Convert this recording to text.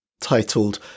titled